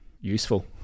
useful